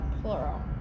plural